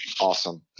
awesome